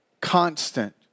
Constant